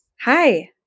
hi